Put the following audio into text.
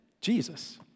Jesus